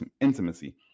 intimacy